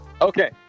Okay